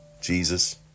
Jesus